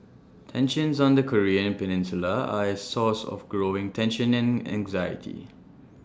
tensions on the Korean peninsula are A source of growing tension and anxiety